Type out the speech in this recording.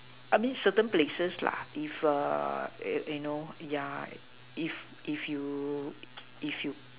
I mean certain places lah if a eh you know yeah if if you if you